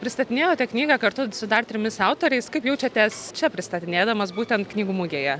pristatinėjote knygą kartu su dar trimis autoriais kaip jaučiatės čia pristatinėdamas būtent knygų mugėje